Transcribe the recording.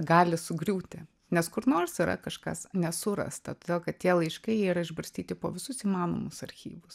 gali sugriūti nes kur nors yra kažkas nesurasta todėl kad tie laiškai jie yra išbarstyti po visus įmanomus archyvus